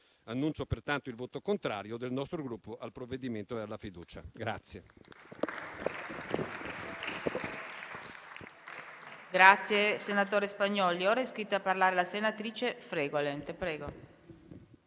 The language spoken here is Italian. Annuncio pertanto il voto contrario del nostro Gruppo al provvedimento e alla fiducia.